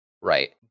Right